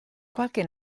qualche